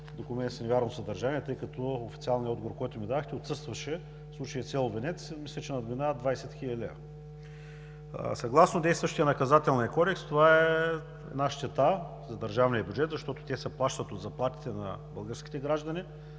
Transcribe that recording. „Документ с невярно съдържание“, тъй като официалният отговор, който ми дадохте отсъстваше. В случая в село Венец мисля, че надминава 20 хил. лв. Съгласно действащия Наказателен кодекс това е една щета за държавния бюджет, защото те се плащат от заплатите на българските граждани,